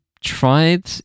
tried